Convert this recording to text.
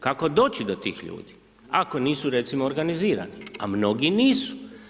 Kako doći do tih ljudi ako nisu, recimo, organizirani, a mnogi nisu.